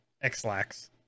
X-lax